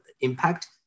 impact